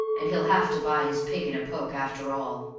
and he'll have to buy his pig in a poke after all.